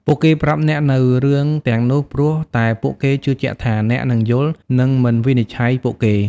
ពួកគេប្រាប់អ្នកនូវរឿងទាំងនោះព្រោះតែពួកគេជឿជាក់ថា អ្នកនឹងយល់ និងមិនវិនិច្ឆ័យពួកគេ។